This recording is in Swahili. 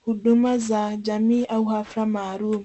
huduma za jamii au hafla maalum.